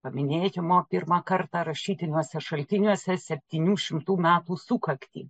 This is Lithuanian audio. paminėjimo pirmą kartą rašytiniuose šaltiniuose septynių šimtų metų sukaktį